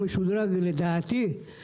משודרג, לך תבנה עכשיו לול חדש?